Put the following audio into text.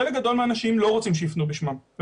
חלק גדול מהאנשים לא רוצים שיפנו בשמם.